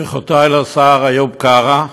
ברכותי לשר איוב קרא,